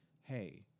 hey